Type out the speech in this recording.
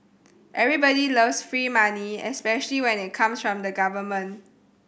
everybody loves free money especially when it comes from the government